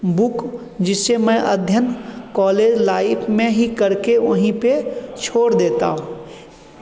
book जिसे मैं अध्ययन कॉलेज लाइफ में ही करके वहीं पे छोड़ देता हूँ